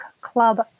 club